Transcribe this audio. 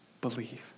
believe